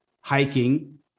hiking